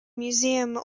museum